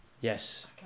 Yes